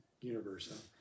universe